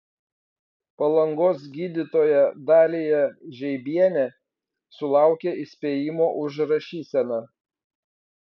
palangos gydytoja dalija žeibienė sulaukė įspėjimo už rašyseną